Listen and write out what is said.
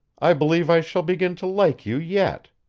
i believe i shall begin to like you, yet.